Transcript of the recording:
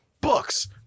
books